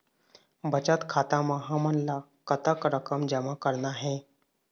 बचत खाता म हमन ला कतक रकम जमा करना हे?